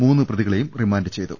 മൂന്ന് പ്രതികളെയും ്രറിമാൻഡ് ചെയ്തു